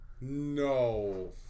No